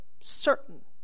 certain